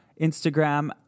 Instagram